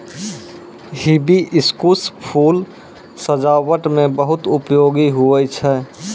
hibiscus फूल सजाबट मे बहुत उपयोगी हुवै छै